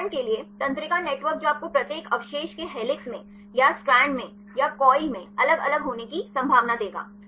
उदाहरण के लिए तंत्रिका नेटवर्क जो आपको प्रत्येक अवशेष के हेलिक्स में या स्ट्रैंड में या कॉइल में अलग अलग होने की संभावना देगा